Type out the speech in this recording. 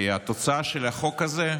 כי התוצאה של החוק הזה,